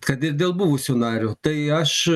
kad ir dėl buvusio nario tai aš